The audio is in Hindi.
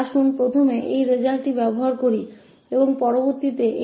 आइए पहले इस परिणाम का उपयोग करें